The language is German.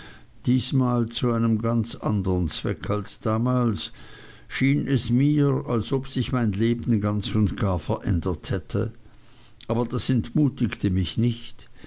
diesmal zu einem ganz andern zweck als damals schien es mir als ob sich mein leben ganz und gar verändert hätte aber das entmutigte mich nicht